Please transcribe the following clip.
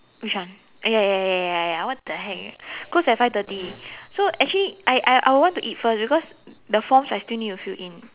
which one eh ya ya ya ya ya what the heck close at five thirty so actually I I I'll want to eat first cause the forms I still need to fill in